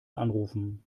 anrufen